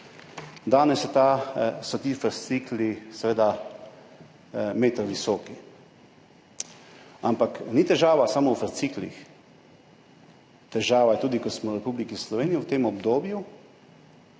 danes so ti fascikli seveda meter visoki. Ampak ni težava samo v fasciklih, težava je tudi v tem, da smo v Republiki Sloveniji v tem obdobju